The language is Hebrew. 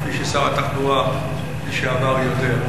כפי ששר התחבורה לשעבר יודע.